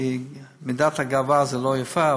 כי מידת הגאווה זה לא יפה,